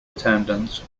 attendance